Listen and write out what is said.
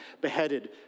beheaded